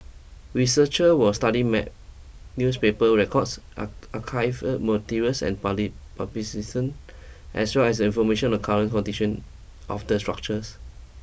researchers will study maps newspaper records arc archival materials and parley as well as information on current conditions of the structures